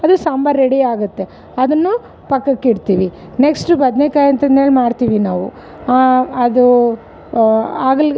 ಅದು ಸಾಂಬರ್ ರೆಡಿ ಆಗುತ್ತೆ ಅದನ್ನು ಪಕ್ಕಕ್ಕೆ ಇಡ್ತೀವಿ ನೆಕ್ಸ್ಟು ಬದನೇಕಾಯ್ ಅಂತಂದೇಳಿ ಮಾಡ್ತೀವಿ ನಾವು ಅದು ಆಗಲ್